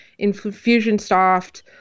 Infusionsoft